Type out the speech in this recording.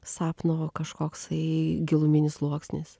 sapno kažkoksai giluminis sluoksnis